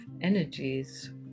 energies